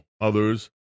Others